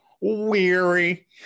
weary